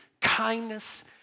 kindness